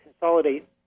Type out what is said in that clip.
consolidate